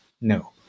No